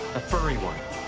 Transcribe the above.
furry one.